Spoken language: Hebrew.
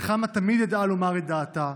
נחמה תמיד ידעה לומר את דעתה,